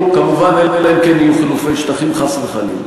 כמובן, אלא אם כן יהיו חילופי שטחים, חס וחלילה.